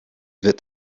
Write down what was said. wird